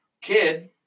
kid